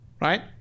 Right